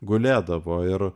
gulėdavo ir